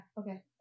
okay